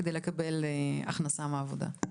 "כדי לקבל הכנסה מעבודה או ממשלח